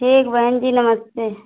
ठीक बहन जी नमस्ते